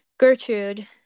Gertrude